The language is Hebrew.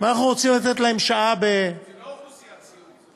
ואנחנו רוצים לתת להם שעה, זו לא אוכלוסיית סיעוד.